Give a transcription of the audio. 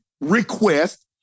request